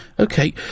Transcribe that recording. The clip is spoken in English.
Okay